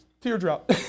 Teardrop